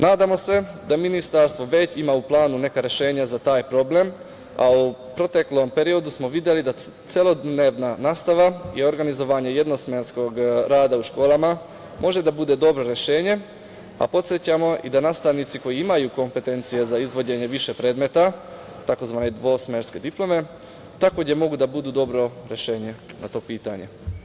Nadamo se da ministarstvo već ima u planu neka rešenja za taj problem, a u proteklom periodu smo videli da celodnevna nastava i organizovanje jednosmenskog rada u školama može da bude dobro rešenje, a podsećamo i da nastavnici koji imaju kompetencije za izvođenje više predmeta, tzv. dvosmerske diplome, takođe mogu da budu dobro rešenje za to pitanje.